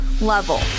level